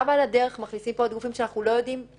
עכשיו מכניסים עוד גופים שאנחנו לא יודעים